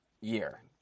year